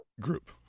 group